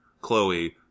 Chloe